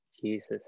Jesus